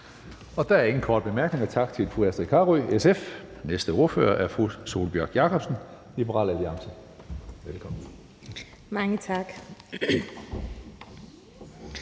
Der er ingen korte bemærkninger. Tak til fru Astrid Carøe, SF. Den næste ordfører er fru Sólbjørg Jakobsen, Liberal Alliance. Velkommen. Kl.